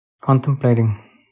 contemplating